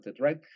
right